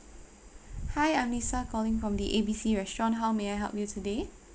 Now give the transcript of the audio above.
hi I'm lisa calling from the A B C restaurant how may I help you today